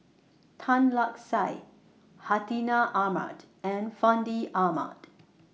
Tan Lark Sye Hartinah Ahmad and Fandi Ahmad